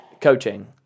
coaching